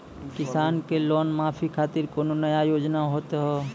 किसान के लोन माफी खातिर कोनो नया योजना होत हाव?